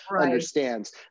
understands